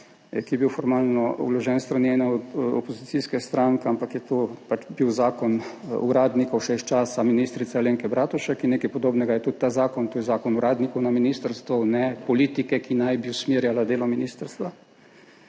ki je bil formalno vložen s strani ene opozicijske stranke, ampak je to pač bil zakon uradnikov še iz časa ministrice Alenke Bratušek. In nekaj podobnega je tudi ta zakon – to je zakon uradnikov na ministrstvu ne politike, ki naj bi usmerjala delo ministrstva.